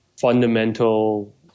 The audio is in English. fundamental